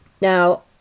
Now